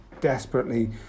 desperately